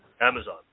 Amazon